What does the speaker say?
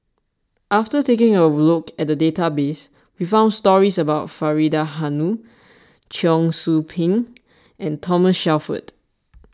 after taking a look at the database we found stories about Faridah Hanum Cheong Soo Pieng and Thomas Shelford